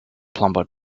plumber